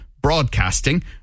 broadcasting